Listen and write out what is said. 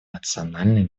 национальный